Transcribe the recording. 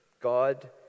God